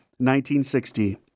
1960